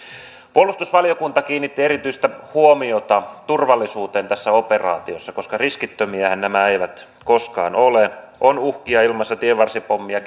puolustusvaliokunta kiinnitti erityistä huomiota turvallisuuteen tässä operaatiossa koska riskittömiähän nämä eivät koskaan ole on uhkia ilmassa tienvarsipommeja